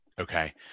Okay